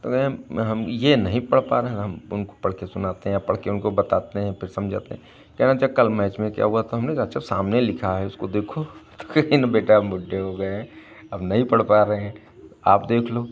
तो कहें हम ये नहीं पढ़ पा रहे हैं तो हम उनको पढ़ के सुनाते हैं या पढ़ के उनको बताते हैं फिर समझाते हैं कहें अच्छा कल मैच में क्या हुआ था हमने कहा चाचा सामने लिखा है उसको देखो कहें बेटा हम बुड्ढे हो गए हैं हम नहीं पढ़ पा रहे हैं आप देख लो